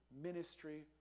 ministry